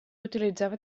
utilitzava